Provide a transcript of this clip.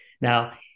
Now